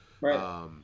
Right